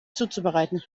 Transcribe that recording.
zuzubereiten